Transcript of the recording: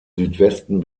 südwesten